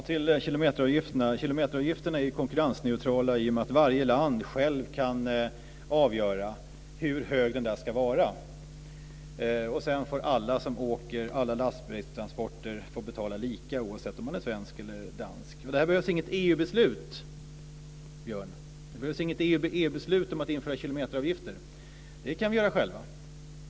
Fru talman! Kilometeravgifterna är konkurrensneutrala i och med att varje land självt kan avgöra hur hög avgiften ska vara. Alla lastbilstransporter får betala lika, oavsett om man är svensk eller dansk. Där behövs inget EU-beslut, Björn Rosengren. Det behövs inget EU-beslut om att införa kilometeravgifter. Det kan vi göra själva.